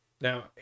Now